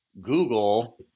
Google